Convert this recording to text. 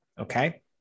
Okay